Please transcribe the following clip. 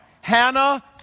Hannah